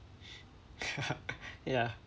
ya ya